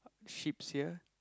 sheeps here